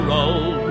old